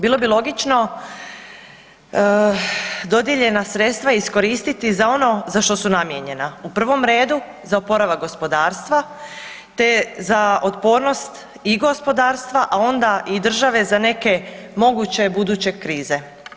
Bilo bi logično dodijeljena sredstva iskoristiti za ono za što su namijenjena, u prvom redu za oporavak gospodarstva, te za otpornost i gospodarstva, a onda i države za neke moguće buduće krize.